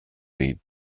need